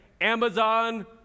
Amazon